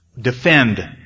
Defend